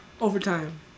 Overtime